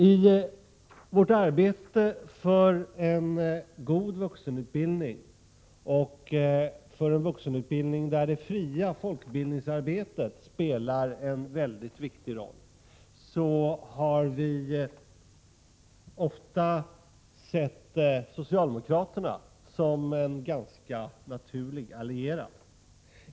I vårt arbete för en god vuxenutbildning och för en vuxenutbildning där det fria folkbildningsarbetet spelar en viktig roll har vi ofta sett socialdemokraterna som en ganska naturlig allierad.